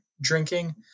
drinking